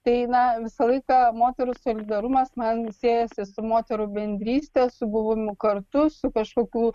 tai na visą laiką moterų solidarumas man siejasi su moterų bendryste su buvimu kartu su kažkokių